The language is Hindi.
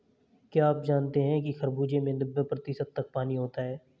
क्या आप जानते हैं कि खरबूजे में नब्बे प्रतिशत तक पानी होता है